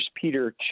Peter